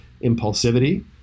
impulsivity